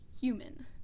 human